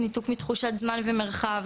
ניתוק מתחושת זמן ומרחב,